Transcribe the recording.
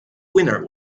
winner